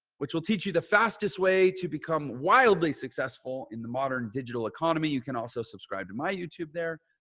which will teach you the fastest way to become wildly successful in the modern digital economy. you can also subscribe to my youtube there,